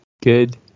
Good